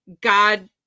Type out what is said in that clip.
God